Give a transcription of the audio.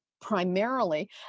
primarily